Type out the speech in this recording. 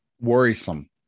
Worrisome